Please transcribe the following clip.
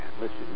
Listen